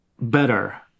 better